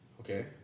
Okay